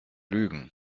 lügen